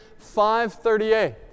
538